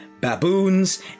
Baboons